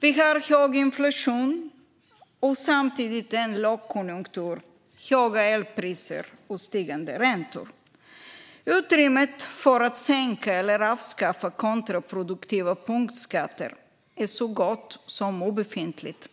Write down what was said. Vi har hög inflation och samtidigt lågkonjunktur, höga elpriser och stigande räntor. Utrymmet för att sänka eller avskaffa kontraproduktiva punktskatter är så gott som obefintligt.